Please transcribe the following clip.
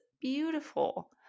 beautiful